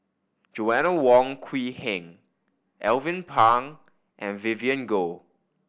Joanna Wong Quee Heng Alvin Pang and Vivien Goh